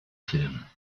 film